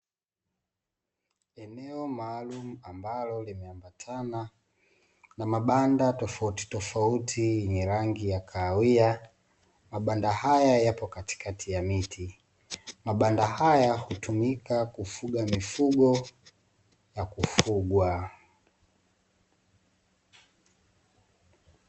Eneo maalumu ambalo limeambatana na mabanda tofautitofauti, yenye rangi ya kahawia. Mabanda haya yapo katikati ya miti. Mabanda haya hutumika kufuga mifugo ya kufugwa.